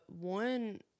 one